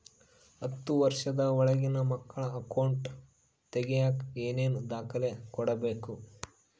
ಹತ್ತುವಷ೯ದ ಒಳಗಿನ ಮಕ್ಕಳ ಅಕೌಂಟ್ ತಗಿಯಾಕ ಏನೇನು ದಾಖಲೆ ಕೊಡಬೇಕು?